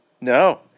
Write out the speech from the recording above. No